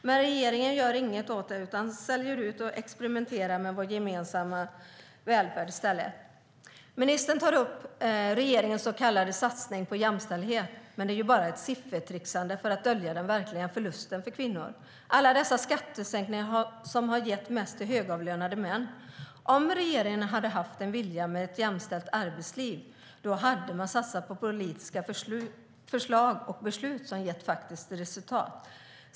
Men regeringen gör ingenting åt det, utan säljer i stället ut och experimenterar med vår gemensamma välfärd. Ministern tar upp regeringens så kallade satsning på jämställdhet, men det är ju bara ett siffertricksande för att dölja den verkliga förlusten för kvinnor. Alla dessa skattesänkningar har gett mest till högavlönade män. Om regeringen hade haft viljan att få ett jämställt arbetsliv skulle man ha satsat på politiska förslag och fattat beslut som gett faktiska resultat.